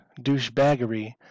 douchebaggery